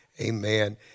Amen